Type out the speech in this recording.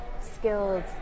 skilled